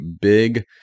big